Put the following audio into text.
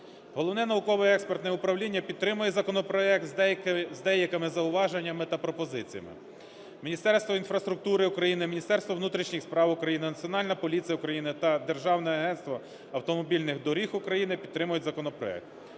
Головне науково-експертне управління підтримує законопроект з деякими зауваженнями та пропозиціями. Міністерство інфраструктури України, Міністерство внутрішніх справ України, Національна поліція України та Державне агентство автомобільних доріг України підтримують законопроект.